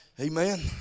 Amen